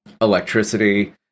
electricity